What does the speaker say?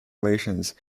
relations